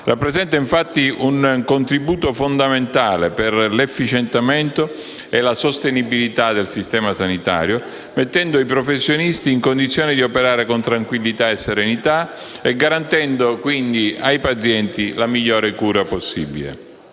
Rappresenta, infatti, un contributo fondamentale per l'efficientamento e la sostenibilità del sistema sanitario, mettendo i professionisti in condizione di operare con tranquillità e serenità, e garantendo, quindi, ai pazienti la migliore cura possibile.